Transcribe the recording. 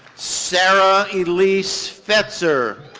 sarah elise fetzer,